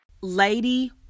lady